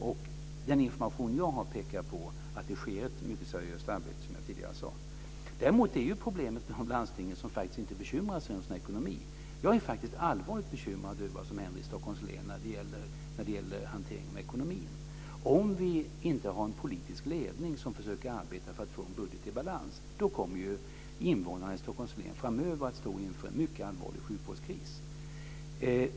Enligt den information jag har pekat på sker det ett mycket seriöst arbete, som jag tidigare sade. Däremot är det problem med de landsting som faktiskt inte bekymrar sig om sin ekonomi. Jag är faktiskt allvarligt oroad över vad som händer i Stockholms län när det gäller hanteringen av ekonomin. Om vi inte har en politiskt ledning som försöker arbeta för att få en budget i balans kommer ju invånarna i Stockholms län framöver att stå inför en mycket allvarlig sjukvårdskris.